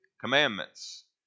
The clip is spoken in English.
commandments